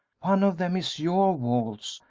one of them is your waltz,